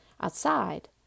Outside